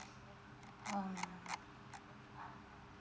uh